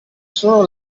solo